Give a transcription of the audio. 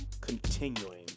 continuing